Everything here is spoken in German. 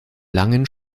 langen